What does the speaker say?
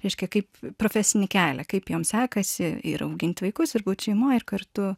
reiškia kaip profesinį kelią kaip jom sekasi ir augint vaikus ir būt šeimoj ir kartu